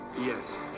Yes